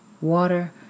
water